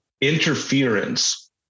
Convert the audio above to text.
interference